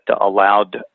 allowed